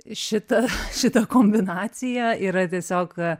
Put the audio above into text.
šita šita kombinacija yra tiesiog